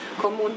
kommen